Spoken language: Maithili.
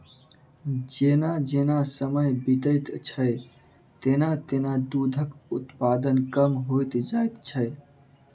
जेना जेना समय बीतैत छै, तेना तेना दूधक उत्पादन कम होइत जाइत छै